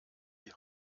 die